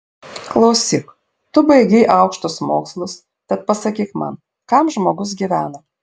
klausyk tu baigei aukštus mokslus tad pasakyk man kam žmogus gyvena